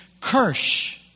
kirsch